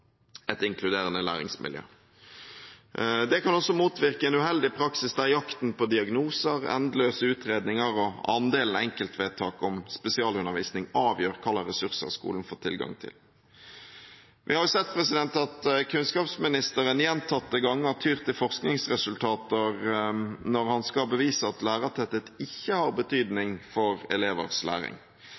et inkluderende læringsmiljø. Det kan også motvirke en uheldig praksis der jakten på diagnoser, endeløse utredninger og andelen enkeltvedtak om spesialundervisning avgjør hva slags ressurser skolen får tilgang til. Vi har sett at kunnskapsministeren gjentatte ganger tyr til forskningsresultater når han skal bevise at lærertetthet ikke har betydning for elevers læring.